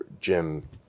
Jim